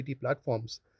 platforms